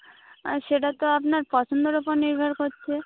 আর সেটা তো আপনার পছন্দর ওপর নির্ভর করছে